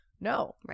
no